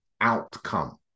outcome